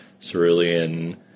cerulean